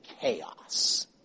chaos